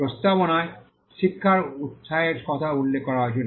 প্রস্তাবনায় শিক্ষার উত্সাহের কথা উল্লেখ করা হয়েছিল